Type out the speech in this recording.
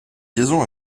liaisons